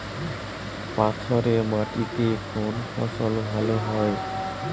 পাথরে মাটিতে কোন ফসল ভালো হয়?